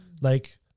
Like-